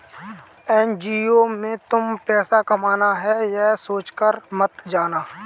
NGO में तुम पैसा कमाना है, ये सोचकर मत जाना